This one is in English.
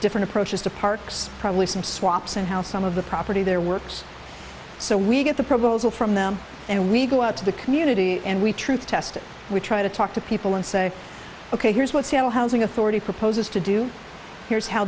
different approaches to parks probably some swaps and how some of the property there works so we get the proposal from them and we go out to the community and we truth test we try to talk to people and say ok here's what's you know housing authority proposes to do here's how